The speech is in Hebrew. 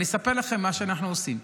אני אספר לכם את מה שאנחנו עושים.